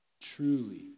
truly